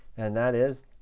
and that is,